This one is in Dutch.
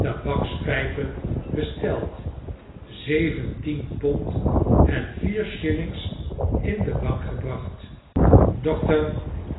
tabakspdjpen besteld z ventien pond en vier shillings in de bank gebracht dokter